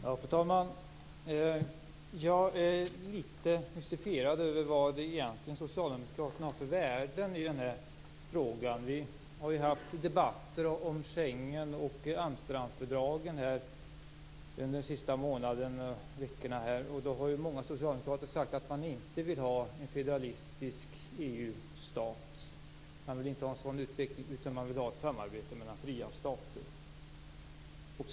Fru talman! Jag är litet mystifierad över vad socialdemokraterna egentligen har för värderingar i den här frågan. Vid debatter om Schengen och Amsterdamfördraget här under de senaste veckorna har många socialdemokrater sagt att de inte vill ha en federalistisk EU-stat. De vill inte ha ett sådan utveckling utan i stället ett samarbete mellan fria stater.